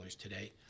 today